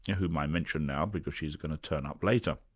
whom i mention now because she's going to turn up later.